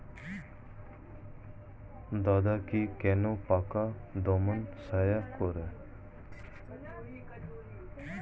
দাদেকি কোন পোকা দমনে সাহায্য করে?